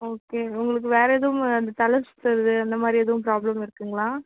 okay உங்களுக்கு வேறு எதுவும் இந்த தலை சுற்றுறது அந்தமாதிரி எதுவும் ப்ராப்ளம் இருக்குங்களா